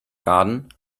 garden